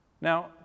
Now